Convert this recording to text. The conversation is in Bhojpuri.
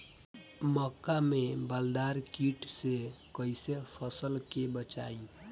मक्का में बालदार कीट से कईसे फसल के बचाई?